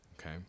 okay